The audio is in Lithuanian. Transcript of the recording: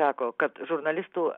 sako kad žurnalistų